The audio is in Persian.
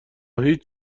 هیچ